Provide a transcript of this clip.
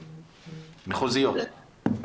מחוזיות.